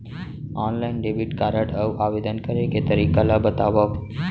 Online debit card आवेदन करे के तरीका ल बतावव?